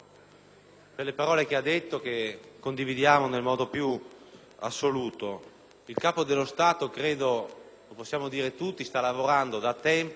per le parole che ha detto e che condividiamo nel modo più assoluto. Il Capo dello Stato - possiamo dirlo tutti - sta lavorando da tempo